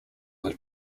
were